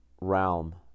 realm